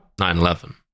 9-11